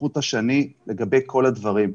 כחוט השני לגבי כל הדברים.